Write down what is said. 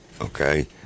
okay